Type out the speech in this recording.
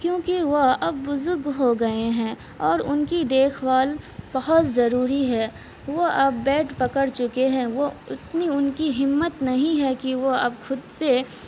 کیونکہ وہ اب بزگ ہو گئے ہیں اور ان کی دیکھ بھال بہت ضروری ہے وہ اب بیڈ پکڑ چکے ہیں وہ اتنی ان کی ہمت نہیں ہے کہ وہ اب خود سے